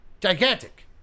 Gigantic